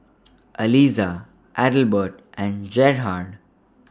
Alissa Adelbert and Gerhard